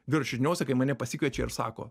dviračio žiniose kai mane pasikviečia ir sako